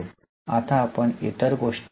आता आपण इतर कोणत्याही उदाहरणाचा विचार करू शकता